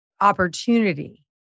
opportunity